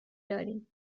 داریم